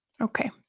okay